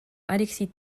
alexis